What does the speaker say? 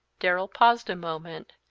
darrell paused a moment,